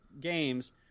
games